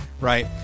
right